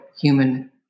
human